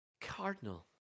Cardinal